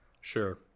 sure